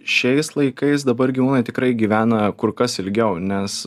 šiais laikais dabar gyvūnai tikrai gyvena kur kas ilgiau nes